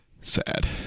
Sad